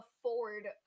afford